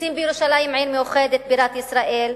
רוצים בירושלים עיר מאוחדת בירת ישראל,